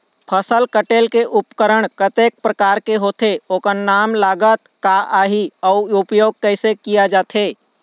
फसल कटेल के उपकरण कतेक प्रकार के होथे ओकर नाम लागत का आही अउ उपयोग कैसे किया जाथे?